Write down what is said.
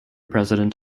president